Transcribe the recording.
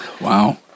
Wow